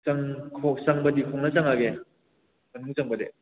ꯆꯪ ꯈꯣꯡ ꯆꯪꯕꯗꯤ ꯈꯣꯡꯅ ꯆꯪꯉꯒꯦ ꯃꯅꯨꯡ ꯆꯪꯕꯗꯤ